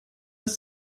ist